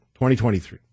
2023